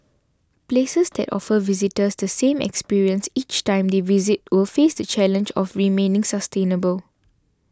places that offer visitors the same experience each time they visit will face the challenge of remaining sustainable